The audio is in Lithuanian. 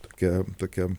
tokia tokia